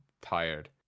tired